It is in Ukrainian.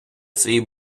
свій